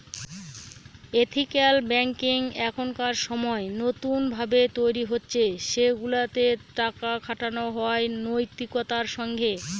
ethical banking এখনকার সময় নতুন ভাবে তৈরী হচ্ছে সেগুলাতে টাকা খাটানো হয় নৈতিকতার সঙ্গে